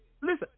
listen